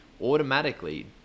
automatically